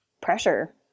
pressure